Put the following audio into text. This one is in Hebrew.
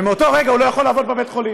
ומאותו רגע הוא לא יכול לעבוד בבית-החולים.